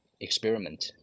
experiment